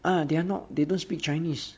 ah they are not they don't speak chinese